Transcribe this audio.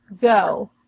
go